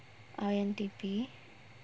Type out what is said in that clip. I_N_T_P